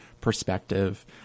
perspective